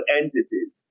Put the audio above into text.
entities